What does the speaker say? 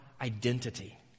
identity